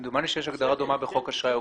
כמדומני שיש הגדרה דומה בחוק אשראי הוגן.